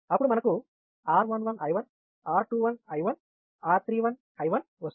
అప్పుడు మనకు r 11 I 1 r 21 I 1 r 31 I1 వస్తుంది